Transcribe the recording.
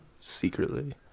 secretly